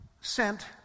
sent